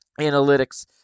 analytics